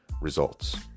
results